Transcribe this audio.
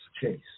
chase